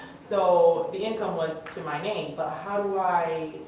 so the income was to my name but how do i